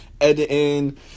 editing